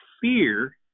fear